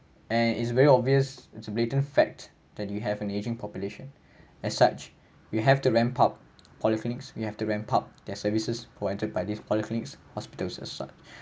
and it's very obvious it's a blatant fact that you have an ageing population as such you have to ramp up polyclinics you have to ramp up their services provided by these polyclinics hospitals as such